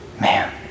Man